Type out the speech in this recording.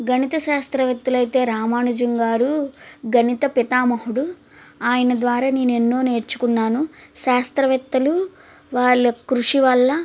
గణిత శాస్త్రవేత్తలైతే రామానుజన్ గారు గణిత పితామహుడు ఆయన ద్వారా నేనెన్నో నేర్చుకున్నాను శాస్త్రవేత్తలు వాళ్ళ కృషి వల్ల